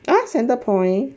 centre point